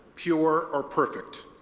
pure or perfect.